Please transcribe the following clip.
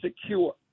secure